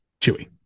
Chewy